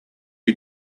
you